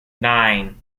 nine